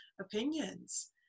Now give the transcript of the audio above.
opinions